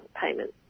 payment